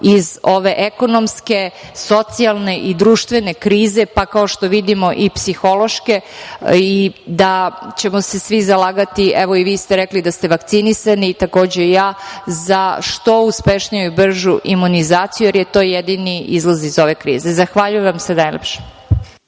iz ove ekonomske, socijalne i društvene krize, pa kao što vidimo i psihološke, da ćemo se svi zalagati, evo i vi ste rekli da ste vakcinisani, takođe i ja, za što uspešniju i bržu imunizaciju, jer je to jedini izlaz iz ove krize. Zahvaljujem vam se najlepše.